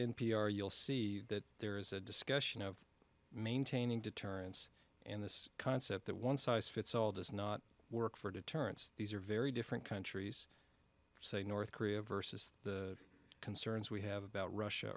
r you'll see that there is a discussion of maintaining deterrence and this concept that one size fits all does not work for deterrence these are very different countries say north korea versus the concerns we have about russia